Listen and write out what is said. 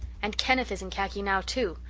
and kenneth is in khaki now, too.